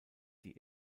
die